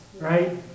right